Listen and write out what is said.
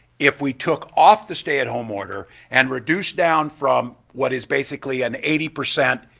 if we took off the stay-at-home order and reduced down from what is basically an eighty percent